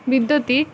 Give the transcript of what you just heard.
বিদ্যতি